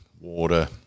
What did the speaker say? water